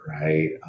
right